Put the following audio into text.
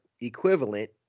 equivalent